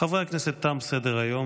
החמרת ענישה בשל תקיפת צוות רפואי),